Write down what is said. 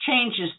changes